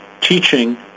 teaching